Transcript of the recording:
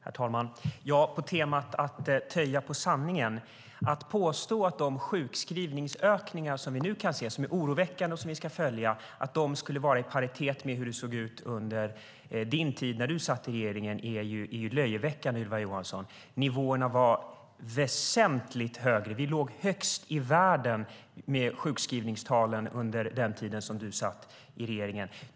Herr talman! När det gäller temat att töja på sanningen är det löjeväckande att påstå att den ökning av sjukskrivningar vi nu kan se, som är oroväckande och som vi ska följa, skulle vara i paritet med hur det såg ut under din tid i regeringen, Ylva Johansson. Nivåerna var väsentligt högre - vi låg högst i världen när det gäller sjukskrivningstal - under den tid du satt i regeringen.